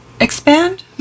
expand